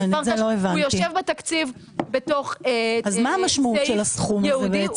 הוא יושב בתקציב בתוך סטייג' ייעודי.